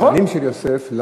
הבנים של יוסף.